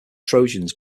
trojans